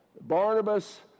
Barnabas